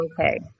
okay